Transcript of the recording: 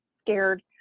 scared